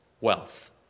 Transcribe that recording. wealth